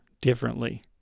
differently